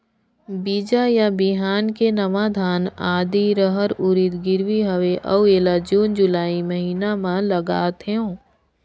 बीजा या बिहान के नवा धान, आदी, रहर, उरीद गिरवी हवे अउ एला जून जुलाई महीना म लगाथेव?